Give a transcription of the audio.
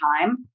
time